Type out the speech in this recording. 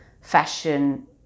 fashion